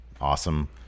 Awesome